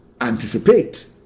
anticipate